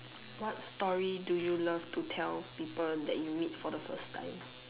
what story do you love to tell people that you meet for the first time